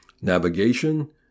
Navigation